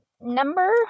Number